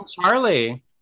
Charlie